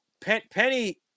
Penny